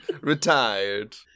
retired